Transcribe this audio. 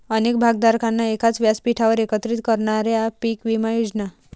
अनेक भागधारकांना एकाच व्यासपीठावर एकत्रित करणाऱ्या पीक विमा योजना